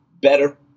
better